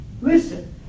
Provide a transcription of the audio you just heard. Listen